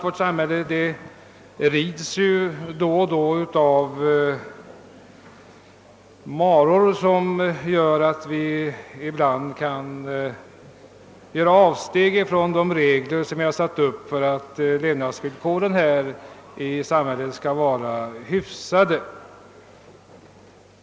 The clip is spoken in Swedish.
Vårt samhälle rids då och då av maror som ibland föranleder avsteg från de regler vi har satt upp, eftersom vi vill att levnadsvillkoren skall vara hyfsade.